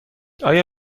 آیا